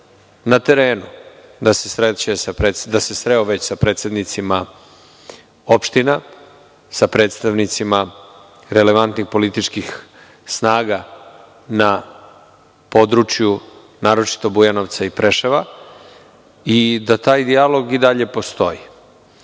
na terenu, da se sreo sa predsednicima opština, sa predstavnicima relevantnih snaga na području naročito Bujanovca i Preševa i da taj dijalog i dalje postoji.